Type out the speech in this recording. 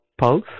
PULSE